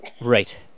Right